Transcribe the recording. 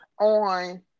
on